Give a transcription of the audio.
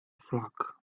flock